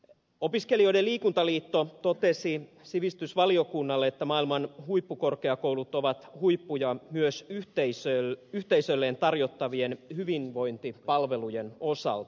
opiskelijoiden liikuntaliitto totesi sivistysvaliokunnalle että maailman huippukorkeakoulut ovat huippuja myös yhteisölleen tarjottavien hyvinvointipalvelujen osalta